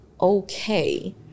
okay